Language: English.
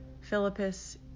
Philippus